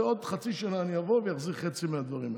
ועוד חצי שנה אני אבוא ואחזיר חצי מהדברים האלה,